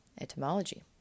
etymology